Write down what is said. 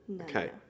Okay